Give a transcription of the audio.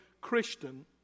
Christian